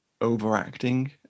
overacting